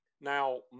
now